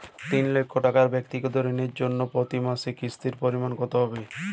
তিন লক্ষ টাকা ব্যাক্তিগত ঋণের জন্য প্রতি মাসে কিস্তির পরিমাণ কত হবে?